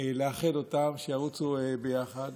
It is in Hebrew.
לאחד אותם שירוצו ביחד,